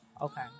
Okay